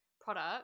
product